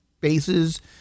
bases